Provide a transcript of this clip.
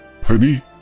Penny